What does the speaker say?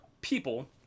people